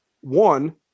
One